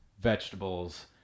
vegetables